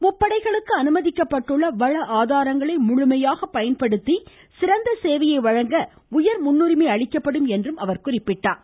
முப்படைகளுக்கு அனுமதிக்கப்பட்டுள்ள வள ஆதாரங்களை முழுமையாக பயன்படுத்தி சிறந்த சேவையை வழங்க உயர் முன்னுரிமை அளிக்கப்படும் என்றும் அவர் கூறினார்